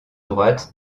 droite